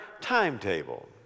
timetable